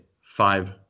five